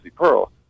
Pearl